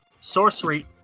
sorcery